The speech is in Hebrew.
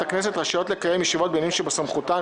הכנסת רשאיות לקיים ישיבות בעניינים שבסמכותן,